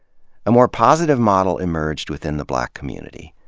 a more positive model emerged within the black community.